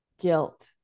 guilt